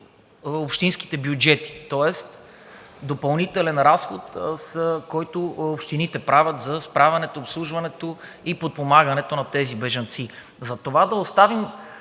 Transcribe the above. общинските бюджети. Тоест допълнителен разход, който общините правят за справянето, обслужването и подпомагането на тези бежанци. Затова да оставим